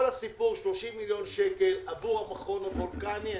כל הסיפור הוא 30 מיליון שקל עבור המכון הוולקני.